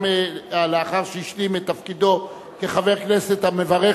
לאחר שהשלים את תפקידו כחבר כנסת המברך